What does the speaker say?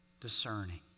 discerning